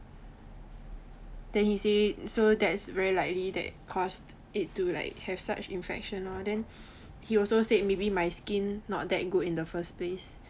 then he say so that's very likely that caused it to like have such infections lor then he also said maybe my skin not that good in the first place